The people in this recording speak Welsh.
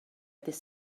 dydd